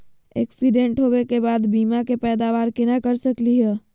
Accident होवे के बाद बीमा के पैदावार केना कर सकली हे?